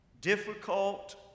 difficult